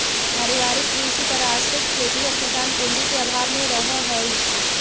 पारिवारिक कृषि पर आश्रित खेतिहर किसान पूँजी के अभाव में रहऽ हइ